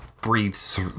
breathes